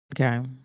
okay